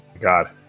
god